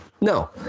no